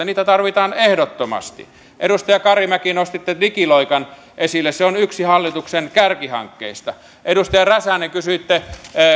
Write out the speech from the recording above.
niitä tarvitaan ehdottomasti edustaja karimäki nostitte digiloikan esille se on yksi hallituksen kärkihankkeista edustaja räsänen kysyitte